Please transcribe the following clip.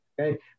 Okay